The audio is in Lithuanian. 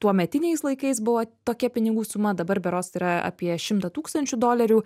tuometiniais laikais buvo tokia pinigų suma dabar berods yra apie šimtą tūkstančių dolerių